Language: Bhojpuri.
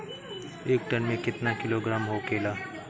एक टन मे केतना किलोग्राम होखेला?